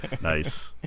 Nice